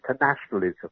internationalism